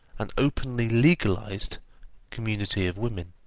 an openly legalised community of women.